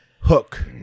Hook